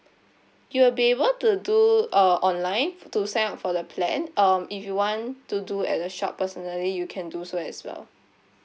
you'll be able to do uh online to sign up for the plan um if you want to do at the shop personally you can do so as well